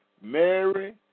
Mary